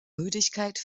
müdigkeit